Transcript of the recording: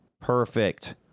Perfect